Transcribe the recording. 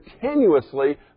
continuously